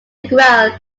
integral